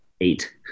eight